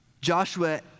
Joshua